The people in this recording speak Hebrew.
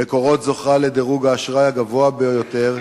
"מקורות" זוכה לדירוג האשראי הגבוה ביותר,